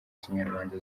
kinyarwanda